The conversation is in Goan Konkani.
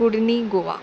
पुर्णी गोवा